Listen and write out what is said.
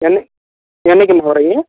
என்னை என்றைக்கிம்மா வறீங்க